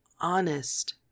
honest